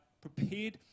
prepared